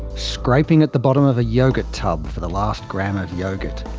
scraping at the bottom of a yoghurt tub for the last gram of yoghurt.